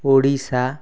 Odisha